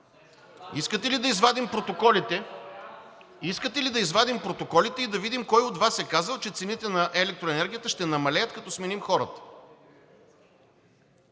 Искате ли да извадим протоколите и да видим кой от Вас е казал, че цените на електроенергията ще намалеят, като сменим хората?